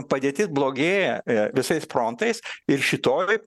padėtis blogėja visais frontais ir šitoj